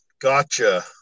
Gotcha